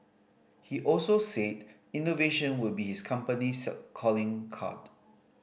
he also said innovation would be his company's calling card